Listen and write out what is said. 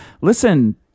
Listen